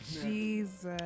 Jesus